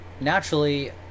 naturally